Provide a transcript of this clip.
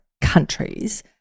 countries